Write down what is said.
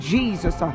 Jesus